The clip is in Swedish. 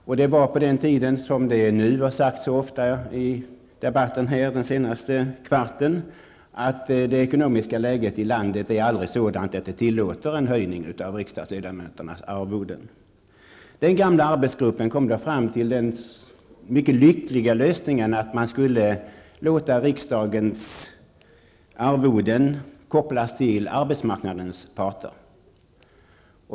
Också på den tiden var det ekonomiska läget i landet inte sådant att det tillät en höjning av riksdagsledamöternas arvoden -- ett argument som flitigt har använts här under den senaste kvarten. Den gamla arbetsgruppen kom så småningom fram till den mycket lyckliga lösningen att riksdagens arvoden skulle kopplas till arbetsmarknadens parter.